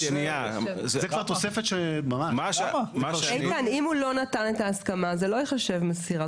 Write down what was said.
אם הוא לא נתן את ההסכמה, זה לא ייחשב מסירה.